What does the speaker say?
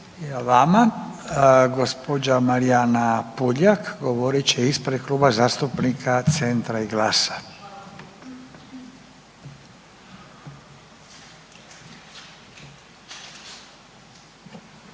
vama. Gospođa Marijana Puljak govorit će ispred Kluba zastupnika CENTRA i Glasa.